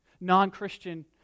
non-christian